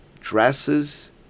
dresses